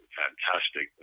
fantastic